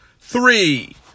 three